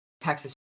Texas